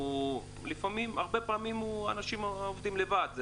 הרבה פעמים אנשים עובדים לבד,